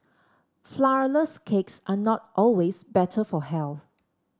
flourless cakes are not always better for health